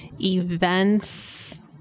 Events